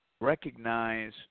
Recognize